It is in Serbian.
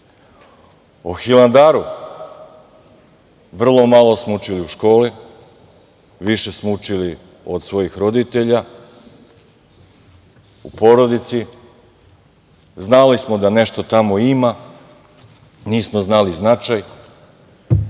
Hilandaru smo vrlo malo učili u školi. Više smo učili od svojih roditelja, u porodici. Znali smo da nešto tamo ima. Nismo znali značaj,